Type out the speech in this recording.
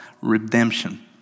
redemption